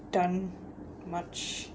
done much